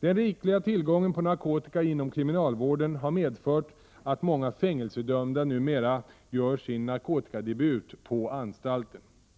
Den rikliga tillgången på narkotika inom kriminalvården har medfört att många fängelsedömda numera gör sin narkotikadebut på anstalten.